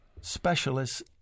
specialists